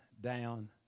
down